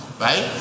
right